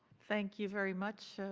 thank you very much,